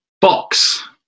box